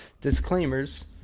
disclaimers